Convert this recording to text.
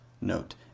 note